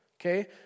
Okay